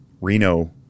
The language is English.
Reno